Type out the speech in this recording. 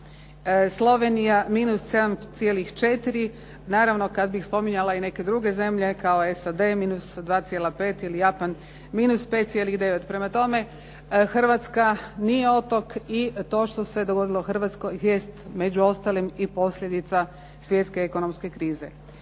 Slovenija -7,4. Naravno kad bih spominjala i neke druge zemlje kao SAD -2,5 ili Japan -5,9. Prema tome, Hrvatska nije otok i to što se dogodilo Hrvatskoj jest među ostalim i posljedica svjetske ekonomske krize.